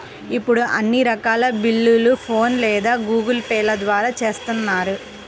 ఇప్పుడు అన్ని రకాల బిల్లుల్ని ఫోన్ పే లేదా గూగుల్ పే ల ద్వారానే చేత్తన్నారు